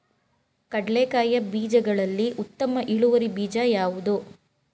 ಕಡ್ಲೆಕಾಯಿಯ ಬೀಜಗಳಲ್ಲಿ ಉತ್ತಮ ಇಳುವರಿ ಬೀಜ ಯಾವುದು?